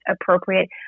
appropriate